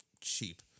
cheap